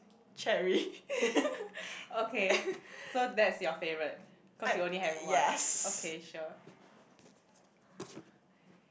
cherry uh yes